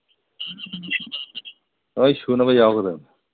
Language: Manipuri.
ꯂꯣꯏꯅ ꯁꯨꯅꯕ ꯌꯥꯎꯒꯗꯝꯅꯤ